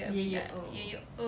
ye ye o